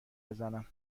بزنم